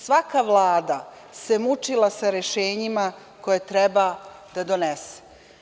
Svaka Vlada se mučila sa rešenjima koje treba da donese.